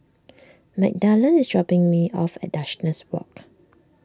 Magdalen is dropping me off at Walk